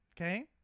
okay